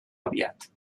aviat